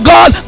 God